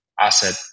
asset